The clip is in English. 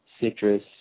citrus